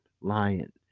lion